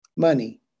money